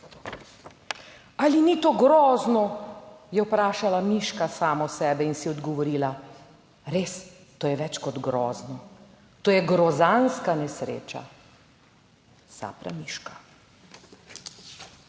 "Ali ni to grozno? Je vprašala Miška samo sebe in si odgovorila: Res, to je več kot grozno, to je grozanska nesreča." - Sapramiška.